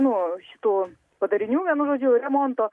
nu šitų padarinių vienu žodžiu remonto